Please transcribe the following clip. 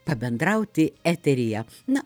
pabendrauti eteryje na